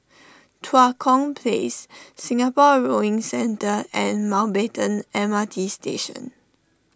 Tua Kong Place Singapore Rowing Centre and Mountbatten M R T Station